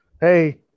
hey